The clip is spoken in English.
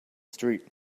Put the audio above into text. street